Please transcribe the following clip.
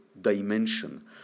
dimension